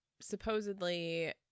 Supposedly